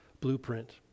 blueprint